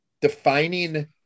defining